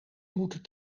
moeten